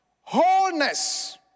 wholeness